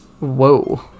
Whoa